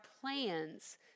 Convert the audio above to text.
plans